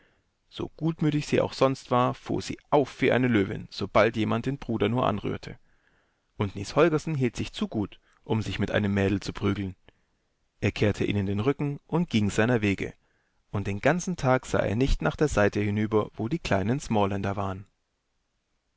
so gutmütig sie auch sonst war fuhr sie auf wie eine löwin sobald jemand den bruder nur anrührte und niels holgersen hielt sich zu gut um sich mit einem mädel zu prügeln er kehrte ihnen den rücken und ging seiner wege und den ganzen tag sah er nicht nachderseitehinüber wodiekleinensmaaländerwaren xv diekrähen